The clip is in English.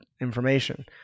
information